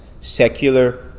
secular